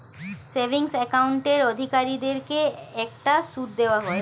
savings অ্যাকাউন্টের অধিকারীদেরকে একটা সুদ দেওয়া হয়